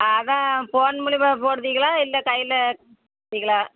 அதான் ஃபோன் மூலிமா போடுறீகளா இல்லை கையில் தர்றீகளா